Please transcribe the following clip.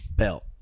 belt